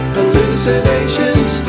hallucinations